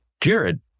Jared